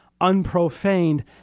unprofaned